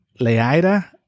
Leida